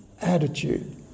attitude